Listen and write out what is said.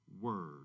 word